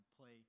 play